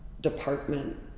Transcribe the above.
department